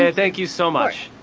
ah thank you so much.